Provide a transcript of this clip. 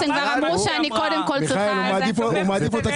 קודם כול, אני מאחל לך הצלחה.